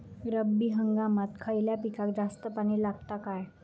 रब्बी हंगामात खयल्या पिकाक जास्त पाणी लागता काय?